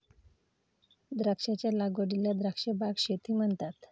द्राक्षांच्या लागवडीला द्राक्ष बाग शेती म्हणतात